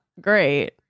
great